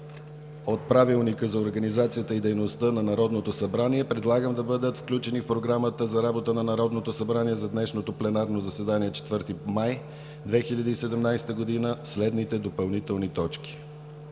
от Правилника за организацията и дейността на Народното събрание предлагам да бъдат включени в Програмата за работа на Народното събрание за днешното пленарно заседание на 4 май 2017 г. следните допълнителни точки: